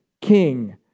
king